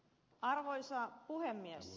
arvoisa puhemies